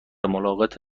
ملاقات